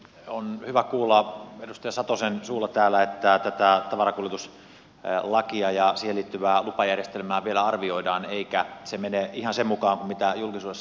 on hyvä kuulla edustaja satosen suulla täällä että tätä tavarankuljetuslakia ja siihen liittyvää lupajärjestelmää vielä arvioidaan eikä se mene ihan sen mukaan kuin julkisuudessa ovat tiedot olleet